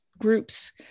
groups